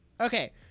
Okay